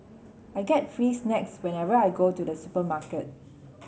i get free snacks whenever I go to the supermarket